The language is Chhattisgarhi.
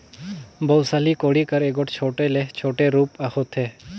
बउसली कोड़ी कर एगोट छोटे ले छोटे रूप होथे